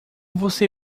você